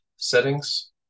settings